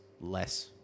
less